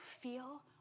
feel